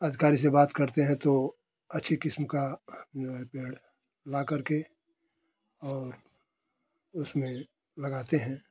अधिकारी से बात करते हैं तो अच्छी किस्म का जो है पेड़ लाकर के और उसमें लगाते है